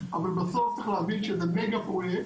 אבל בסוף צריך להבין שזה מגה-פרויקט